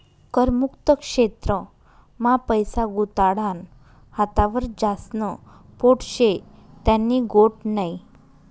कर मुक्त क्षेत्र मा पैसा गुताडानं हातावर ज्यास्न पोट शे त्यानी गोट नै